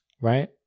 right